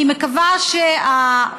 אני מקווה גם שהממשלה,